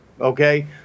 okay